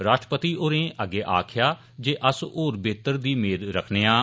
राष्ट्रपति होरें अग्गें आक्खेआ जे अस्स होर बेह्तर दी मेद रक्खने आं